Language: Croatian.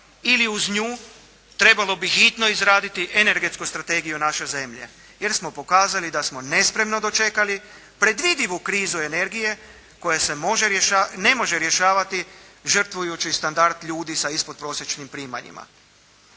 ili uz nju trebalo bi hitno izraditi energetsku strategiju naše zemlje jer smo pokazali da smo nespremno dočekali predvidljivu krizu energije koja se može, ne može rješavati žrtvujući standard ljudi sa ispodprosječnim primanjima.